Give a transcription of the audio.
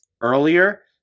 earlier